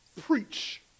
preach